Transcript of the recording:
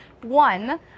One